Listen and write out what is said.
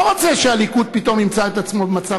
לא רוצה שהליכוד פתאום ימצא את עצמו במצב